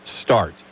start